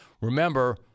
remember